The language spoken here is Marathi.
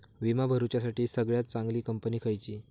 विमा भरुच्यासाठी सगळयात चागंली कंपनी खयची?